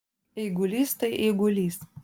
eigulys tai eigulys